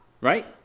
right